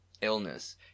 illness